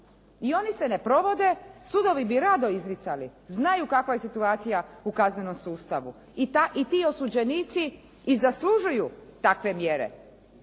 I oni se ne provode, sudovi bi rado izricali, znaju kakva je situacija u kaznenom sustavu i ti osuđenici i zaslužuju takve mjere